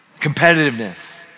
competitiveness